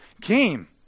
came